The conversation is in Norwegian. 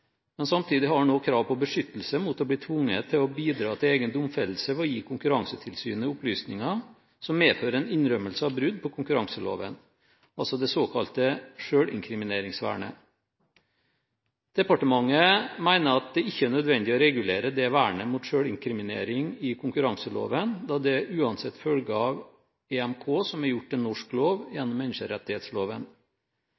Men samtidig har man òg krav på beskyttelse mot å bli tvunget til å bidra til egen domfellelse ved å gi Konkurransetilsynet opplysninger som medfører en innrømmelse av brudd på konkurranseloven – altså det såkalte selvinkrimineringsvernet. Departementet mener at det ikke er nødvendig å regulere det vernet mot selvinkriminering i konkurranseloven da det uansett følger av EMK som er gjort til norsk lov